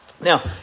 Now